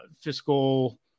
fiscal